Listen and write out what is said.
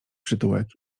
przytułek